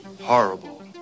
horrible